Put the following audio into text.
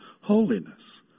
holiness